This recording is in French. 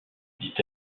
dit